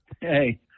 hey